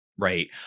Right